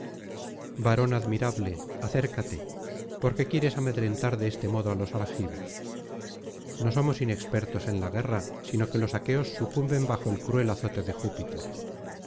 varón admirable acércate por qué quieres amedrentar de este modo á los argivos no somos inexpertos en la guerra sino que los aqueos sucumben bajo el cruel azote de júpiter